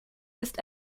ist